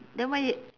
then why